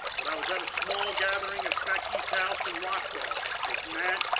but i was at a small gathering at becky's house in rockville, with matt,